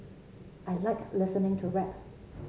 I like listening to rap